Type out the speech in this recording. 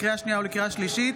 לקריאה שנייה ולקריאה שלישית,